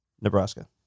Nebraska